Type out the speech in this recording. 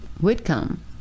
Whitcomb